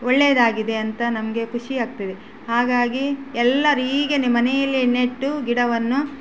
ಒಳ್ಳೆಯದಾಗಿದೆ ಅಂತ ನಮಗೆ ಖುಷಿಯಾಗ್ತದೆ ಹಾಗಾಗಿ ಎಲ್ಲರು ಹೀಗೆಯೇ ಮನೆಯಲ್ಲೇ ನೆಟ್ಟು ಗಿಡವನ್ನು